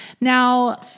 Now